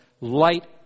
Light